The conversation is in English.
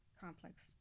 Complex